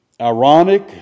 ironic